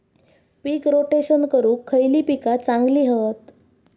पीक rotation करूक खयली पीका चांगली हत?